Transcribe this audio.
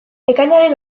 ekainaren